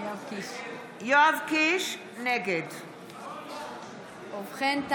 נגד ובכן,